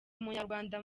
umunyarwanda